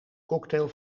cocktail